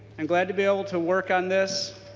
i'm glad to be able to work on this